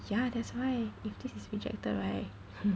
ya that's why if this is rejected right